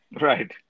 right